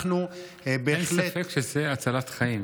אין ספק שזה הצלת חיים.